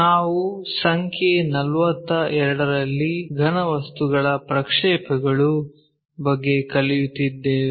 ನಾವು ಸಂಖ್ಯೆ 42 ರಲ್ಲಿ ಘನವಸ್ತುಗಳ ಪ್ರಕ್ಷೇಪಗಳು ಬಗ್ಗೆ ಕಲಿಯುತ್ತಿದ್ದೇವೆ